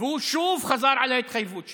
והוא שוב חזר על ההתחייבות שלו,